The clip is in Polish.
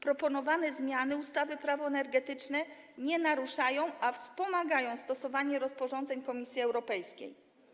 Proponowane zmiany ustawy Prawo energetyczne nie naruszają, a wspomagają stosowanie rozporządzeń Komisji Europejskiej.